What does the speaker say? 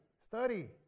study